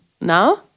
now